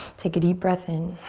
take a deep breath in.